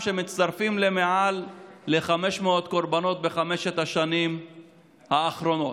שמצטרפים למעל ל-500 קורבנות בחמש השנים האחרונות.